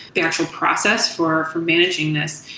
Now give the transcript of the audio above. the actual process for for managing this.